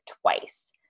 twice